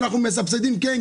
ואנחנו מסבסדים כן,